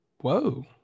Whoa